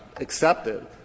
Accepted